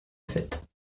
fête